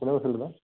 কোনে কৈছিলে বা